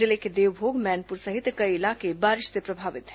जिले के देवभोग मैनपुर सहित कई इलाके बारिश से प्रभावित हैं